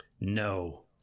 no